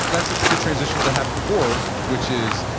that's a good transition to the habit four, which is,